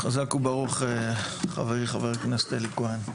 חזק וברוך, חברי חבר הכנסת אלי כהן.